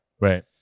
Right